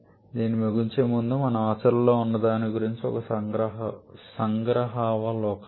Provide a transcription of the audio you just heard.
దీనిని ముగించే ముందు మనకు ఆచరణలో ఉన్నదాని గురించి ఒక సంగ్రహావలోకనం